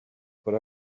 put